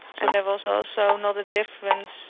sort of um also not a difference